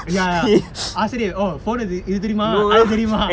ya ya ஆசிரியை இது தெரியுமா அது தெரியுமா:aasiriyai ithu theriyuma athu theriyuma